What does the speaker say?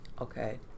Okay